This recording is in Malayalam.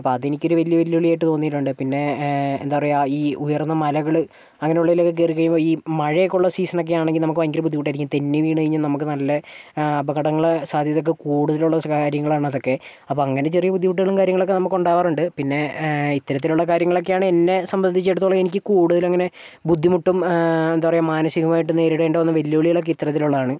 അപ്പോൾ അതെനിക്കൊരു വലിയ ഒരു വെല്ലുവിളി ആയിട്ട് തോന്നിയിട്ടുണ്ട് പിന്നെ എന്താ പറയുക ഈ ഉയർന്ന മലകള് അങ്ങനെ ഉള്ളതിലേക്ക് കയറി കഴിയുമ്പോൾ ഈ മഴയൊക്കെയുള്ള സീസൺ ആണെങ്കിൽ നമുക്ക് ഭയങ്കര ബുദ്ധിമുട്ടായിരിക്കും തെന്നി വീണ് കഴിഞ്ഞാൽ നമുക്ക് നല്ല അപകടങ്ങളും സാധ്യതയൊക്കെ കൂടുതലുള്ള കാര്യങ്ങളാണ് അതൊക്കെ അപ്പം അങ്ങനെ ചെറിയ ബുദ്ധിമുട്ടുകളും കാര്യങ്ങളും ഒക്കെ നമുക്കുണ്ടാവാറുണ്ട് പിന്നെ ഇത്തരത്തിലുള്ള കാര്യങ്ങളൊക്കെയാണ് എന്നെ സംബന്ധിച്ചിടത്തോളം എനിക്ക് കൂടുതൽ ആയിട്ട് ബുദ്ധിമുട്ടും എന്താ പറയുക മാനസികമായിട്ടും നേരിടേണ്ടിവന്ന വെല്ലുവിളികൾ ഒക്കെ ഇത്തരത്തിൽ ഉള്ളതാണ്